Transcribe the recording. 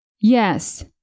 Yes